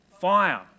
fire